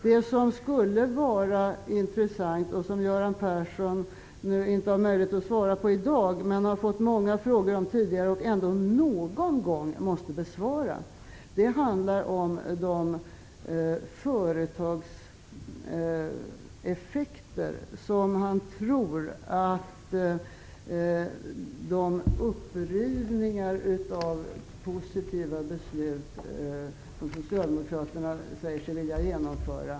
Göran Persson har inte möjlighet att ge något svar i dag. Men han har fått många frågor tidigare och någon gång måste de väl besvaras. Det skulle alltså vara intressant att få besked om vad Göran Persson tror om effekterna för företagen av det upprivande av fattade positiva beslut som Socialdemokraterna säger sig vilja genomföra.